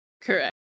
Correct